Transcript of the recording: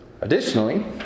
Additionally